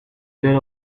elixir